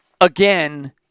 again